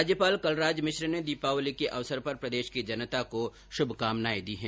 राज्यपाल कलराज मिश्र ने दीपावली के अवसर पर प्रदेश की जनता को शुभकामनाएं दी है